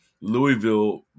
Louisville